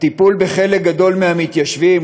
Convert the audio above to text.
הטיפול בחלק גדול מהמתיישבים,